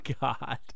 god